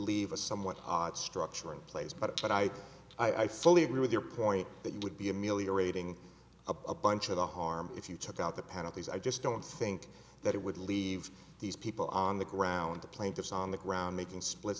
leave a somewhat odd structure in place but i i fully agree with your point that you would be ameliorating a bunch of the harm if you took out the penalties i just don't think that it would leave these people on the ground the plaintiffs on the ground making split